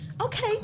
Okay